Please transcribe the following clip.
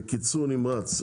בקיצור נמרץ,